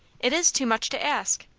it is too much to ask.